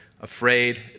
afraid